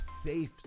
safe